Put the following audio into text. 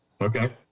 Okay